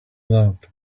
loved